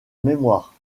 mémoire